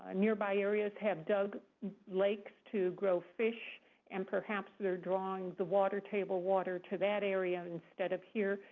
and nearby areas have dug lakes to grow fish and, perhaps, they're drawing the water table water to that area instead of here.